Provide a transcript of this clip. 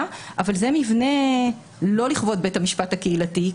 אבל זה מבנה לא לכבוד בית המשפט הקהילתי.